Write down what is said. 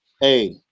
hey